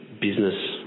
business